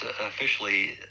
officially